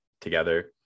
together